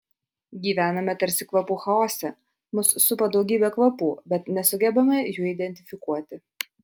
gyvename tarsi kvapų chaose mus supa daugybė kvapų bet nesugebame jų identifikuoti